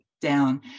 down